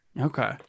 Okay